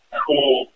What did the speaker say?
cool